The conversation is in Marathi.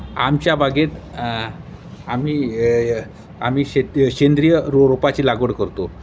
आमच्या बागेत आम्ही य आम्ही शेती सेंद्रिय रो रोपाची लागवड करतो